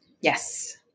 Yes